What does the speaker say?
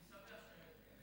יעל, אני שמח שהעלית את זה.